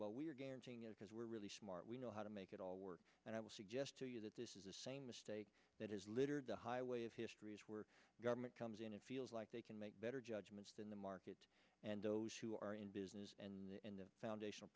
because we're really smart we know how to make it all work and i will suggest to you that this is the same mistake that is littered the highway of history as were government comes in it feels like they can make better judgments than the market and those who are in business and the foundation